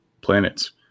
planets